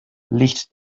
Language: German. licht